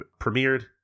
premiered